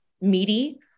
meaty